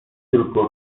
tylko